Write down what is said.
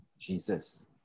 Jesus